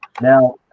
Now